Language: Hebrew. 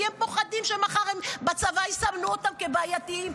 כי הם פוחדים שמחר בצבא יסמנו אותם כבעייתיים,